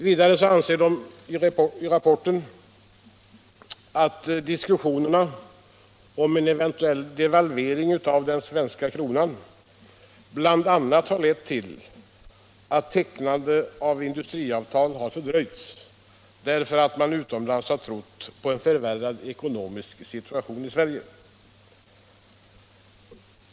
Vidare anser de att diskussionerna om en eventuell devalvering av den svenska kronan bl.a. har lett till att tecknande av industriavtal har fördröjts, därför att man utomlands har trott på en förvärrad ekonomisk situation i Sverige.